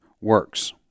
works